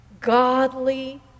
Godly